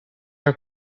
are